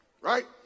Right